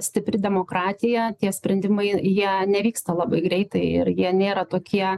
stipri demokratija tie sprendimai jie nevyksta labai greitai ir jie nėra tokie